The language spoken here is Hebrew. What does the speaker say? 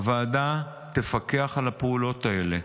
הוועדה תפקח על הפעולות האלה,